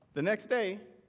the next day,